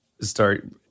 start